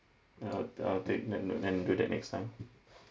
I'll I'll take note and and do that next time